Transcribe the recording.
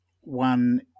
one